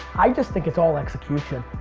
i just think it's all execution.